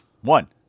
One